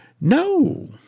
No